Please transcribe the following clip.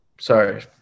sorry